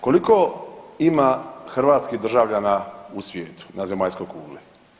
Koliko ima hrvatskih državljana u svijetu, na zemaljskoj kugli?